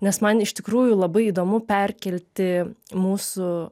nes man iš tikrųjų labai įdomu perkelti mūsų